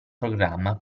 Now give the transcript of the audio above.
programma